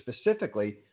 specifically